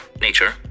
nature